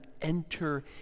enter